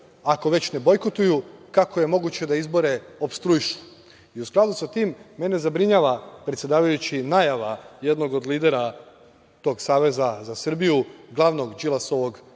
Ako već ne bojkotuju, kako je moguće da izbore opstruišu.U skladu sa tim, mene zabrinjava, predsedavajući, najava jednog od lidera tog Saveza za Srbiju, glavnog Đilasovog,